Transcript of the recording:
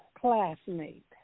classmate